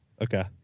Okay